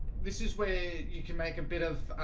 this is where you can make a bit of